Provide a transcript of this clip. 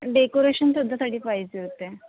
डेकोरेशनसुद्धा साठी पाहिजे होते